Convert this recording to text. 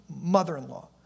mother-in-law